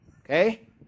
Okay